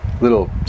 little